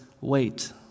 wait